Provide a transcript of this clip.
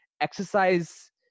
exercise